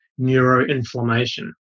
neuroinflammation